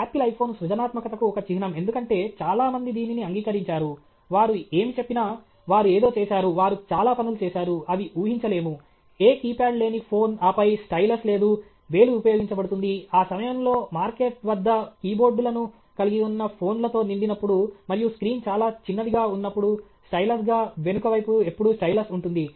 apple iPhone సృజనాత్మకతకు ఒక చిహ్నం ఎందుకంటే చాలా మంది దీనిని అంగీకరించారు వారు ఏమి చెప్పినా వారు ఏదో చేసారు వారు చాలా పనులు చేసారు అవి ఊహించలేము ఏ కీప్యాడ్ లేని ఫోన్ ఆపై స్టైలస్ లేదు వేలు ఉపయోగించబడుతుంది ఆ సమయంలో మార్కెట్ పెద్ద కీబోర్డులను కలిగి ఉన్న ఫోన్లతో నిండినప్పుడు మరియు స్క్రీన్ చాలా చిన్నదిగా ఉన్నప్పుడు స్టైలస్గా వెనుక వైపు ఎప్పుడూ స్టైలస్ ఉంటుంది